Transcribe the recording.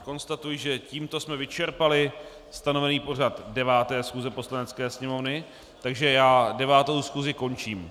Konstatuji, že tímto jsme vyčerpali stanovený pořad 9. schůze Poslanecké sněmovny, takže 9. schůzi končím.